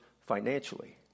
financially